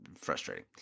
frustrating